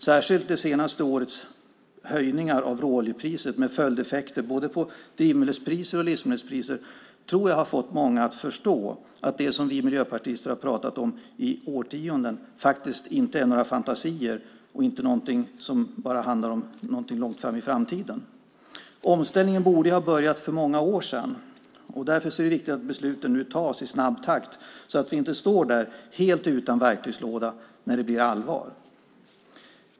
Särskilt det senaste årets höjningar av råoljepriset med följdeffekter både på drivmedelspriser och på livsmedelspriser tror jag har fått många att förstå att det vi miljöpartister har pratat om i årtionden inte är några fantasier och inte något som ligger långt fram i tiden. Omställningen borde ha börjat för många år sedan, och därför är det viktigt att besluten nu tas i snabbt takt så att vi inte står där helt utan verktygslåda när det blir allvar.